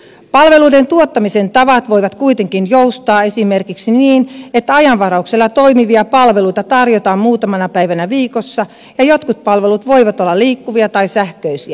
palveluiden tuottamisen tavat voivat kuitenkin joustaa esimerkiksi niin että ajanvarauksella toimivia palveluita tarjotaan muutamana päivänä viikossa ja jotkut palvelut voivat olla liikkuvia tai sähköisiä